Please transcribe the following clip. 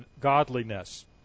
Godliness